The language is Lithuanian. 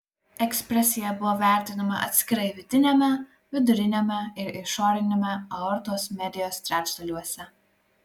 ekspresija buvo vertinama atskirai vidiniame viduriniame ir išoriniame aortos medijos trečdaliuose